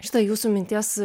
šita jūsų minties